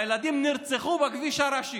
והילדים נרצחו בכביש הראשי,